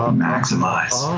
ah maximize.